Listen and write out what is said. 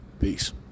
Peace